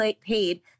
paid